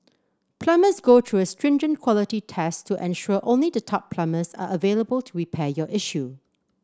plumbers go through a stringent quality test to ensure only the top plumbers are available to repair your issue